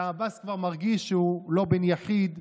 ועבאס כבר מרגיש שהוא לא בן יחיד,